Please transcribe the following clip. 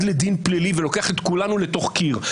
לדין פלילי ולוקח את כולנו לתוך קיר.